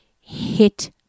hit